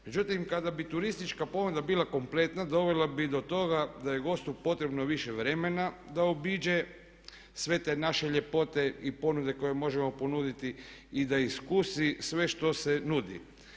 Međutim, kada bi turistička ponuda bila kompletna dovela bi do toga da je gostu potrebno više vremena da obiđe sve te naše ljepote i ponude koje možemo ponuditi i da iskusi sve što se nudi.